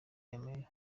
remera